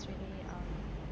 is really uh